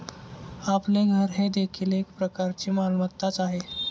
आपले घर हे देखील एक प्रकारची मालमत्ताच आहे